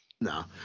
No